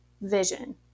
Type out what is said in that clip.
vision